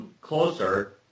closer